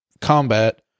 combat